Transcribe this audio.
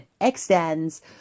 extends